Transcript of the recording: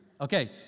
Okay